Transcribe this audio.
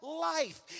life